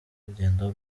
rugendo